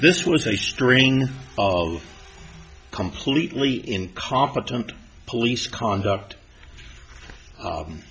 this was a string of completely incompetent police conduct